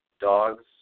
dogs